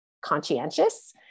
conscientious